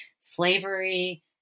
slavery